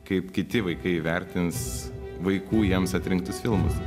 kaip kiti vaikai įvertins vaikų jiems atrinktus filmus